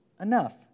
enough